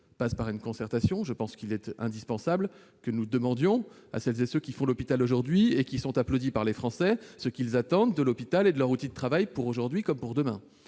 passe par une concertation. Il est indispensable que nous demandions à celles et à ceux qui font l'hôpital aujourd'hui, et qui sont applaudis par les Français, ce qu'ils attendent de l'hôpital, de leur outil de travail, pour aujourd'hui comme pour demain.